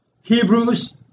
Hebrews